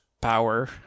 power